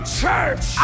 church